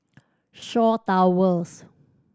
Shaw Towers